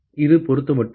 இது பொருத்தமற்றது